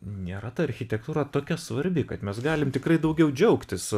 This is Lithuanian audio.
nėra ta architektūra tokia svarbi kad mes galim tikrai daugiau džiaugtis